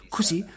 Così